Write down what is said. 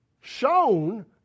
shown